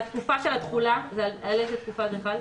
התקופה של התחולה, על איזה תקופה זה חל?